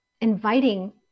inviting